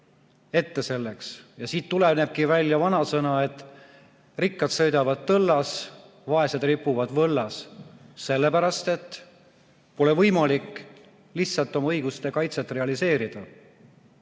ette sellele? Siit tulenebki vanasõna, et rikkad sõidavad tõllas, vaesed ripuvad võllas –sellepärast et pole võimalik lihtsalt oma õiguste kaitset realiseerida.